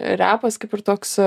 repas kaip ir toks